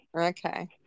Okay